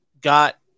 got –